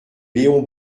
léon